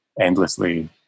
endlessly